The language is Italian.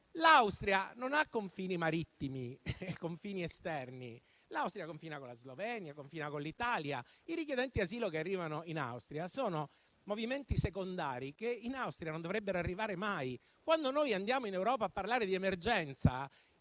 l'Austria non ha confini marittimi e confini esterni, perché confina con la Slovenia e con l'Italia, quindi i richiedenti asilo che arrivano in Austria sono movimenti secondari che in Austria non dovrebbero arrivare mai. Quando andiamo in Europa a parlare di emergenza,